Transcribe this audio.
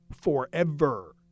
forever